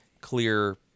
clear